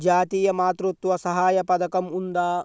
జాతీయ మాతృత్వ సహాయ పథకం ఉందా?